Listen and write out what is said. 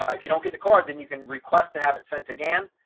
ah if you don't get the card, then you can request to have it sent again.